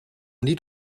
niet